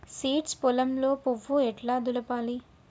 Seeds పొలంలో పువ్వు ఎట్లా దులపాలి?